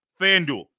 FanDuel